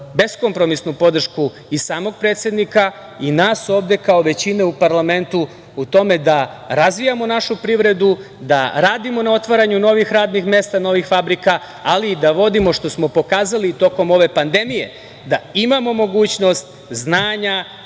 beskompromisnu podršku i samog predsednika i nas ovde kao većine u parlamentu u tome da razvijamo našu privredu, da radimo na otvaranju novih radnih mesta, novih fabrika, ali i da vodimo što smo pokazali tokom ove pandemije, da imamo mogućnost, znanja,